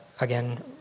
again